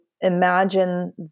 imagine